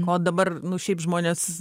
o dabar nu šiaip žmonės